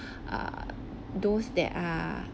err those that are